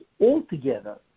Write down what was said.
altogether